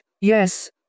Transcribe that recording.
yes